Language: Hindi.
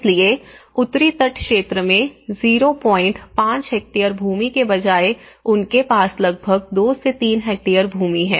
इसलिए उत्तरी तट क्षेत्र में 05 हेक्टेयर भूमि के बजाय उनके पास लगभग 2 से 3 हेक्टेयर भूमि है